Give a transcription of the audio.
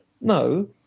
no